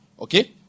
okay